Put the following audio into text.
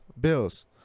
bills